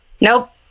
Nope